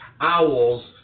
Owls